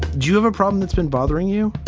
do you have a problem that's been bothering you?